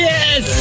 Yes